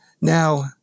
now